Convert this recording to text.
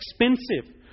expensive